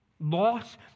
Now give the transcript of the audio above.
Loss